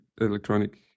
electronic